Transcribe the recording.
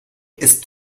ist